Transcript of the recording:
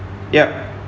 ya